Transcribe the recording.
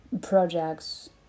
projects